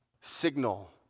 signal